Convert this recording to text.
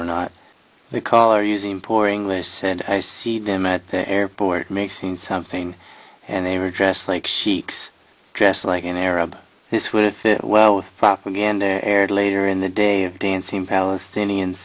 or not the caller using poor english said i see them at the airport mixing something and they were dressed like sheikhs dressed like an arab this wouldn't fit well with fucking ganda aired later in the day of dancing palestinians